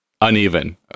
uneven